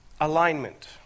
Alignment